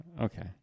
Okay